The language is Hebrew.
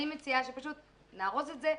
אני מציעה שפשוט נארוז את זה,